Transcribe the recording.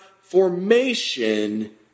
formation